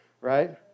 right